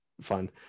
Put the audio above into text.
fun